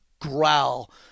growl